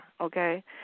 okay